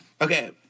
Okay